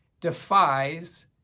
defies